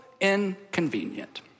inconvenient